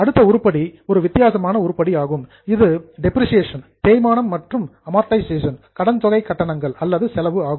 அடுத்த உருப்படி ஒரு வித்தியாசமான உருப்படி ஆகும் இது டெப்ரிசியேஷன் தேய்மானம் மற்றும் அமார்டைசேஷன் கடன் தொகை கட்டணங்கள் அல்லது செலவு ஆகும்